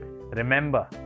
Remember